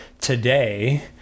today